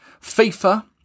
FIFA